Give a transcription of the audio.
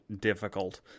difficult